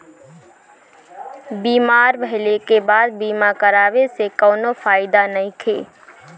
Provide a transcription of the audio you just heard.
बीमार भइले के बाद बीमा करावे से कउनो फायदा नइखे